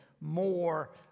more